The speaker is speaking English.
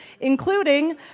including